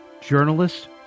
journalists